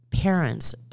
parents